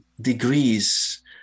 degrees